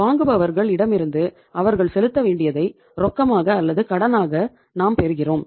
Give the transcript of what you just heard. வாங்குபவர்கள் இடமிருந்து அவர்கள் செலுத்த வேண்டியதை ரொக்கமாக அல்லது கடனாக நாம் பெறுகிறோம்